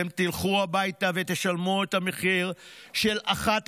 אתם תלכו הביתה ותשלמו את המחיר של אחת